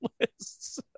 lists